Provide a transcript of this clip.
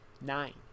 nine